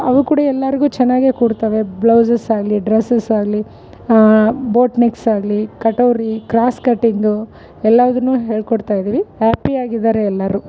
ಅದು ಕೂಡ ಎಲ್ಲಾರಿಗು ಚೆನ್ನಾಗೆ ಕೊಡ್ತವೆ ಬ್ಲೌಸಸ್ ಆಗಲಿ ಡ್ರೆಸ್ಸಸ್ ಆಗಲಿ ಬೊಟ್ ನೆಕ್ಸ್ ಆಗಲಿ ಕಟೋರಿ ಕ್ರಾಸ್ ಕಟ್ಟಿಂಗು ಎಲ್ಲದನ್ನು ಹೇಳ್ಕೊಡ್ತಾಇದೀವಿ ಹ್ಯಾಪಿಯಾಗಿದ್ದಾರೆ ಎಲ್ಲರು